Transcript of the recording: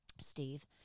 Steve